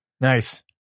Nice